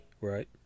Right